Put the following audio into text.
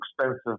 expensive